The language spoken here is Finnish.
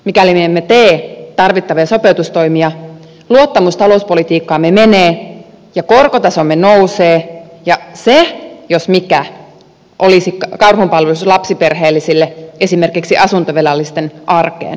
mikäli me emme tee tarvittavia sopeutustoimia luottamus talouspolitiikkaamme menee ja korkotasomme nousee ja se jos mikä olisi karhunpalvelus lapsiperheellisille esimerkiksi asuntovelallisten arkeen